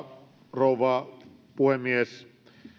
rouva puhemies